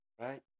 right